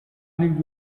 new